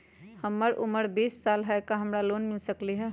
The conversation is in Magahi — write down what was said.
हमर उमर बीस साल हाय का हमरा लोन मिल सकली ह?